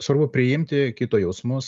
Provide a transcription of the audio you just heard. svarbu priimti kito jausmus